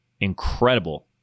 incredible